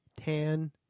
tan